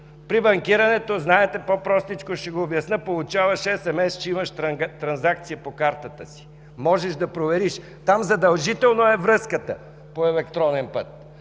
При банкирането, знаете, по-простичко ще го обясня – получаваш SMS, че имаш транзакция по картата си. Можеш да провериш. Там връзката е задължителна по електронен път.